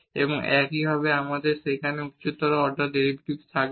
এবং একইভাবে এখানে উচ্চতর অর্ডার ডেরিভেটিভ থাকবে